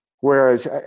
whereas